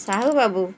Sahu ବାବୁ